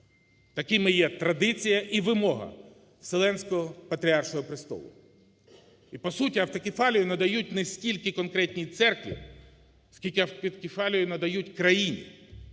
Такими є традиція і вимога Вселенського патріаршого престолу. І, по суті, автокефалію надають не стільки конкретній церкві, скільки автокефалію надають країні.